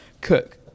Cook